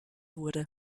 wurde